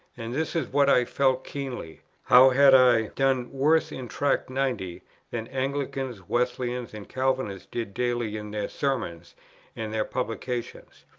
and this is what i felt keenly how had i done worse in tract ninety than anglicans, wesleyans, and calvinists did daily in their sermons and their publications?